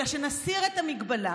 אלא שנסיר את המגבלה